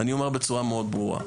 אני אומר בצורה ברורה מאוד: